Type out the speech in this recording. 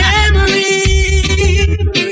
Memories